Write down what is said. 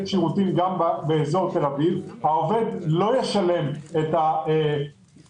שירותים גם באזור תל אביב לא ישלם את העלות.